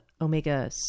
Omega